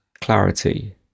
clarity